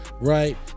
right